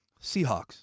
Seahawks